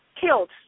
killed